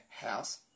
house